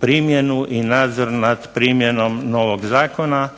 primjenu i nadzor nad primjenom novog zakona